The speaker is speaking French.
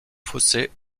fossé